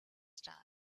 star